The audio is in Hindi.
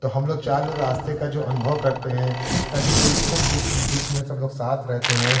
तो हम लोग चार लोग रास्ते का जो अनुभव करते हैं कभी कोई सुख दुख में सब लोग साथ रहते हैं